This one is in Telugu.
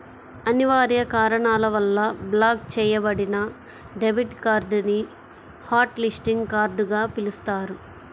అనివార్య కారణాల వల్ల బ్లాక్ చెయ్యబడిన డెబిట్ కార్డ్ ని హాట్ లిస్టింగ్ కార్డ్ గా పిలుస్తారు